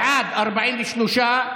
בעד, 43,